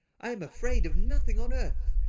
i am afraid of nothing on earth.